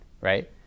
right